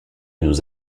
nous